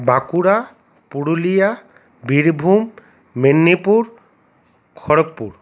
Bankura Purulia Birbhum Medinipur Kharagpur